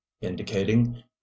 indicating